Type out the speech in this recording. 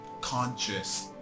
conscious